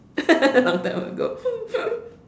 long time ago